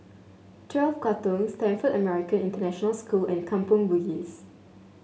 Twelve Katong Stamford American International School and Kampong Bugis